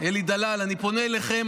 אלי דלל, אני פונה אליכם.